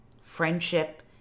friendship